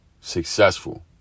successful